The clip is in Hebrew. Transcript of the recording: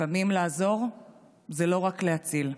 לפעמים לעזור זה לא רק להציל,